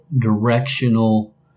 directional